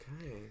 okay